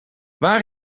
waar